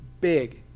big